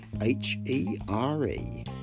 H-E-R-E